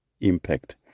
impact